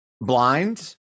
Blind